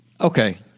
Okay